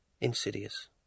insidious